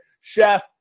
Chef